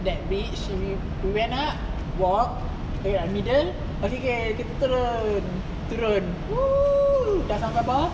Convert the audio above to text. that day suri we went up walk in the middle okay K kita turun turun !woohoo! dah sampai bawah